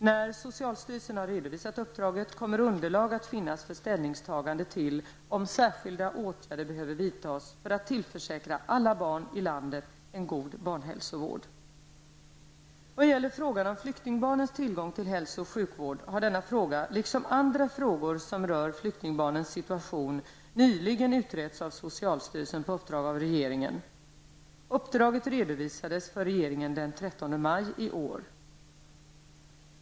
När socialstyrelsen har redovisat uppdraget kommer underlag att finnas för ställningstagande till om särskilda åtgärder behöver vidtas för att tillförsäkra alla barn i landet en god barnhälsovård. Vad gäller frågan om flyktingbarnens tillgång till hälso och sjukvård har denna fråga liksom andra frågor som rör flyktingbarnens situation nyligen utretts av socialstyrelsen på uppdrag av regeringen. Uppdraget redovisades för regeringen den 13 maj i år.